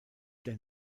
der